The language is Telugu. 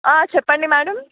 చెప్పండి మ్యాడమ్